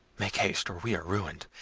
make haste, or we are ruined!